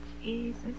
jesus